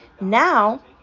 Now